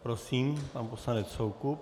Prosím, pan poslanec Soukup.